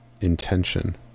intention